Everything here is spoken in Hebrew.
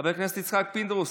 חבר הכנסת יצחק פינדרוס,